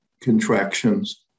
contractions